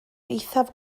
eithaf